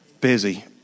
Busy